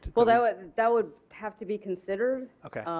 well, that would that would have to be considered.